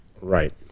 Right